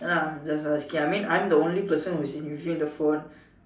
ya I'm just asking I mean I'm the only person who's using the phone